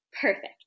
Perfect